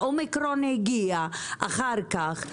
האומיקרון הגיע אחר-כך.